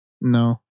No